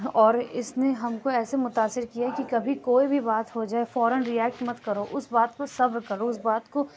اور اِس نے ہم کو ایسے متاثر کیا ہے کہ کبھی کوئی بھی بات ہو جائے فوراََ ریایکٹ مت کرو اُس بات پہ صبر کرو اُس بات کو